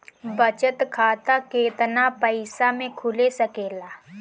बचत खाता केतना पइसा मे खुल सकेला?